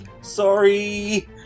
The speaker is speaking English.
Sorry